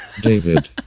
David